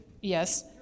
yes